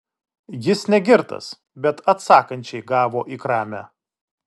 jis ne girtas bet atsakančiai gavo į kramę